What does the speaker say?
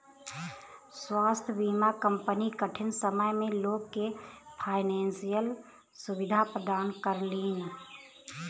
स्वास्थ्य बीमा कंपनी कठिन समय में लोग के फाइनेंशियल सुविधा प्रदान करलीन